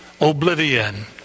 oblivion